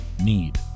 need